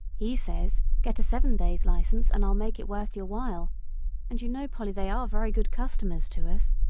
he says, get a seven-days license, and i'll make it worth your while and you know, polly, they are very good customers to us.